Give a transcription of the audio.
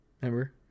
Remember